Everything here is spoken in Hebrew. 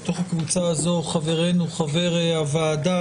בתוך הקבוצה הזו חברינו חבר הוועדה,